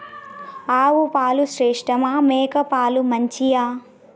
ఆవు పాలు శ్రేష్టమా మేక పాలు మంచియా?